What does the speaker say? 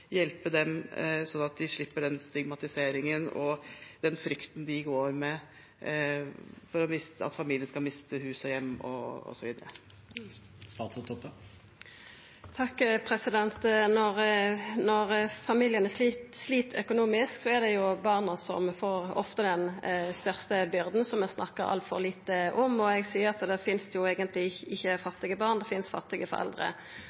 hjelpe dem, slik at de slipper stigmatisering og slipper å gå med en frykt for at familien skal miste hus og hjem osv. Når ein familie slit økonomisk, er det barna som ofte får den største byrda, noko vi snakkar altfor lite om. Eg pleier å seia at det finst ikkje fattige barn; det finst fattige foreldre.